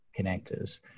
connectors